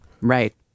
Right